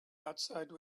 outside